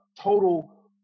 total